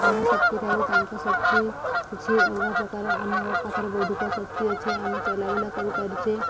ଆମ ଶକ୍ତି ଠାରୁ ତାଙ୍କ ଶକ୍ତି କିଛି ଅଲଗା ପ୍ରକାର ଆମର ପାଖରେ ବୌଦ୍ଧିକ ଶକ୍ତି ଅଛେ ଆମେ ଚଲାବୁଲା କରିପାରୁଛେ